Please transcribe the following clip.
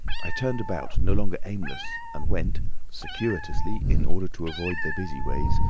i turned about, no longer aimless, and went circuitously in order to avoid the busy ways,